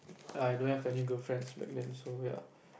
I don't have any girlfriends back then so ya